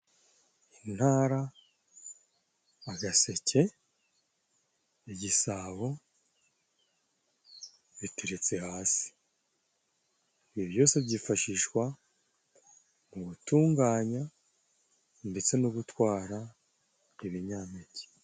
Intara, agaseke, igisabo biteretse hasi, ibi byose byifashishwa mu gutunganya, ndetse no gutwara ibinyampeke.